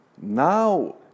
now